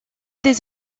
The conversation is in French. des